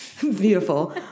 Beautiful